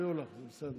הפריעו לך, זה בסדר.